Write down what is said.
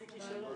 הוא אמר אותה.